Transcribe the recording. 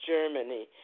Germany